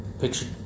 Picture